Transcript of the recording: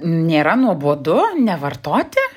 nėra nuobodu nevartoti